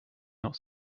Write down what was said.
not